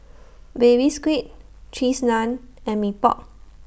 Baby Squid Cheese Naan and Mee Pok